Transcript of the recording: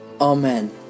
Amen